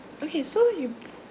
okay so you